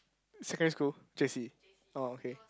secondary school J_C orh okay